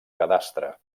cadastre